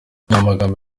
amagambo